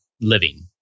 living